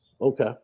Okay